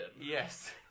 Yes